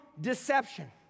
deception